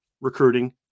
recruiting